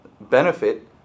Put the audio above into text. benefit